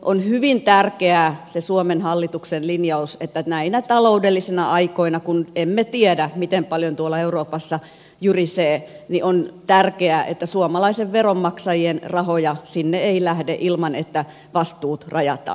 on hyvin tärkeä se suomen hallituksen linjaus että näinä taloudellisina aikoina kun emme tiedä miten paljon tuolla euroopassa jyrisee suomalaisten veronmaksajien rahoja sinne ei lähde ilman että vastuut rajataan